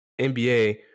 nba